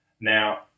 Now